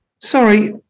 Sorry